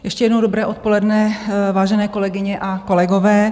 Ještě jednou dobré odpoledne, vážené kolegyně a kolegové.